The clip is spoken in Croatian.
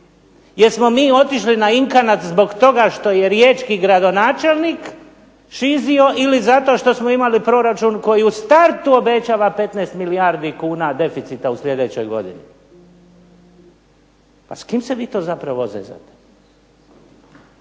Jesmo mi otišli na inkanat zbog toga što je riječki gradonačelnik šizio ili zato što smo imali proračun koji u startu obećava 15 milijardi kuna deficita u sljedećoj godini. A s kim se vi to zapravo zezate?